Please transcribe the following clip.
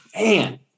man